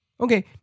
Okay